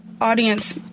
audience